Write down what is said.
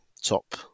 top